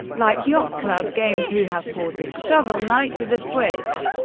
like yacht club games, who have ported shovel knight to the switch,